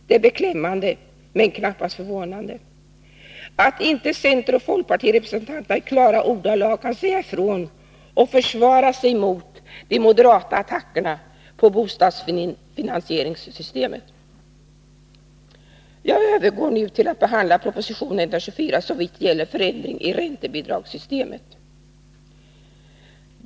Det är beklämmande, men knappast förvånande, att inte centeroch folkpartirepresentanterna i klara ordalag kan säga ifrån och försvara sig mot de moderata attackerna på bostadsfinansieringssystemet. Jag övergår nu till att behandla proposition 124 såvitt gäller förändringar i räntebidragssystemet.